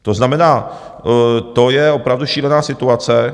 To znamená, to je opravdu šílená situace.